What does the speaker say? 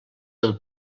del